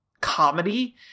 comedy